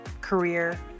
career